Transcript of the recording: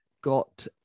got